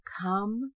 come